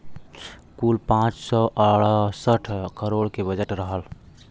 कुल पाँच सौ अड़सठ करोड़ के बजट रहल